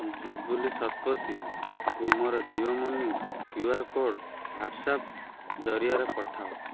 ଜୁବ୍ଲି ଶତପଥୀଙ୍କୁ ମୋର Jio money Q R code WhatsApp ଜରିଆରେ ପଠାଅ